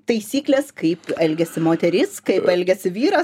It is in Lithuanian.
taisyklės kaip elgiasi moteris kaip elgiasi vyras